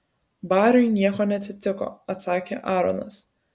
bariui nieko neatsitiko atsakė aaronas